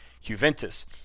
Juventus